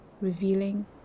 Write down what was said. revealing